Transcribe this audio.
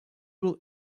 will